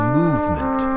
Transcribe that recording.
movement